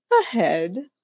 ahead